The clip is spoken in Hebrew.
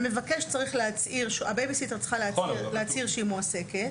הבייבי-סיטר צריכה להצהיר שהיא מועסקת